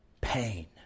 pain